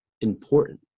important